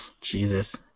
Jesus